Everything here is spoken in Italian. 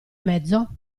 mezzo